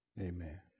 Amen